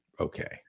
okay